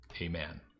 amen